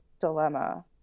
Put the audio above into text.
dilemma